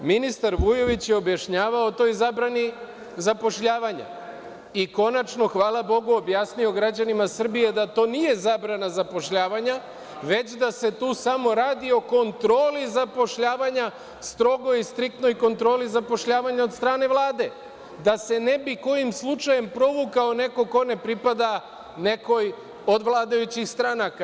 Ministar Vujović je objašnjavao o toj zabrani zapošljavanja, i konačno, hvala Bogu, objasnio građanima Srbije da to nije zabrana zapošljavanja, već da se tu samo radi o kontroli zapošljavanja, strogoj i striktnoj kontroli zapošljavanja od strane Vlade, da se ne bi kojim slučajem provukao neko ko ne pripada nekoj od vladajućih stranaka.